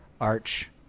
arch